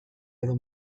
edo